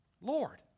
Lord